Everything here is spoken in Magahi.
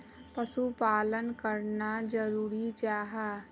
पशुपालन करना की जरूरी जाहा?